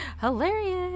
hilarious